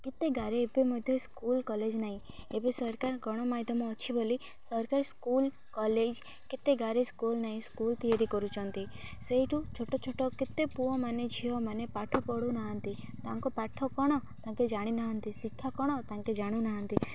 କେତେ ଗାଁରେ ଏବେ ମଧ୍ୟ ସ୍କୁଲ କଲେଜ ନାହିଁ ଏବେ ସରକାର ଗଣମାଧ୍ୟମ ଅଛି ବୋଲି ସରକାର ସ୍କୁଲ କଲେଜ କେତେ ଗାଁରେ ସ୍କୁଲ ନାହିଁ ସ୍କୁଲ ତିଆରି କରୁଛନ୍ତି ସେଇଠୁ ଛୋଟ ଛୋଟ କେତେ ପୁଅମାନେ ଝିଅମାନେ ପାଠ ପଢ଼ୁନାହାନ୍ତି ତାଙ୍କ ପାଠ କ'ଣ ତାଙ୍କେ ଜାଣିନାହାନ୍ତି ଶିକ୍ଷା କ'ଣ ତାଙ୍କେ ଜାଣୁନାହାନ୍ତି